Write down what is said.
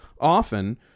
often